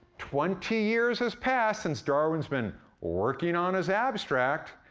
twenty years has passed since darwin's been working on his abstract.